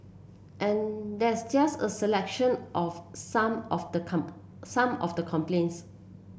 and that's just a selection of some of the come some of the complaints